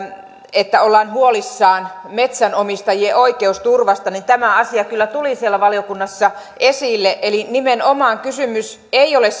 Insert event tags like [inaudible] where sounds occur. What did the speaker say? että ollaan huolissaan metsänomistajien oikeusturvasta niin tämä asia kyllä tuli siellä valiokunnassa esille eli nimenomaan kysymys ei ole [unintelligible]